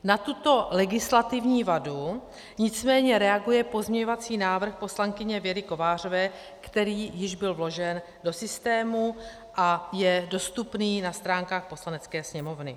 Na tuto legislativní vadu nicméně reaguje pozměňovací návrh poslankyně Věry Kovářové, který již byl vložen do systému a je dostupný na stránkách Poslanecké sněmovny.